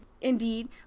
Indeed